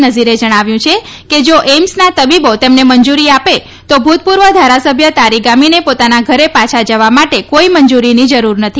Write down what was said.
નઝીરે જણાવ્યું છે કે જા એઇમ્સના તબીબો તેમને મંજુરી આપે તો ભૂતપૂર્વ ધારાસભ્ય તારિગામીને પોતાના ઘરે પાછા જવા માટે કોઈ મંંજુરીની જરૂર નથી